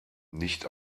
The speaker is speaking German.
nicht